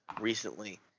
recently